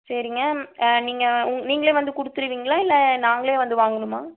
சரிங்க ஆ நீங்கள் நீங்கள் வந்து கொடுத்துடுவீங்களா இல்லை நாங்கள் வந்து வாங்கணுமா